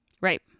Right